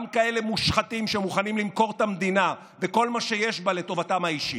גם כאלה מושחתים שמוכנים למכור את המדינה וכל מה שיש בה לטובתם האישית.